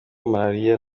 marariya